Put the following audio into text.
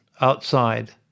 outside